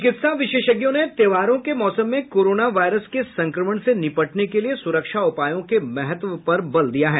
चिकित्सा विशेषज्ञों ने त्योहारों के मौसम में कोरोना वायरस के संक्रमण से निपटने के लिए सुरक्षा उपायों के महत्व पर बल दिया है